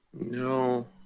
No